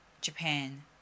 Japan